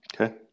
Okay